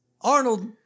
Arnold